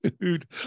dude